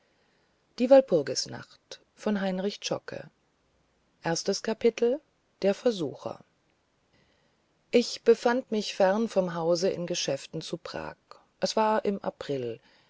der versucher ich befand mich fern vom hause in geschäften zu prag es war im april